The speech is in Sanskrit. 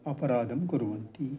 अपराधं कुर्वन्ति